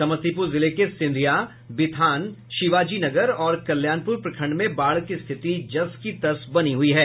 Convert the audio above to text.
समस्तीपुर जिले के सिंघिया बिथान शिवाजीनगर और कल्याणपुर प्रखंड में बाढ़ की रिथति जस की तस बनी हुई है